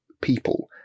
people